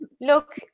look